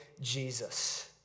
Jesus